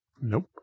Nope